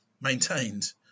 maintained